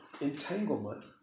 entanglement